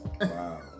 Wow